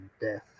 death